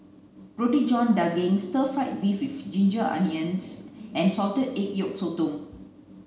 roti john daging stir fried beef with ginger onions and salted egg yolk sotong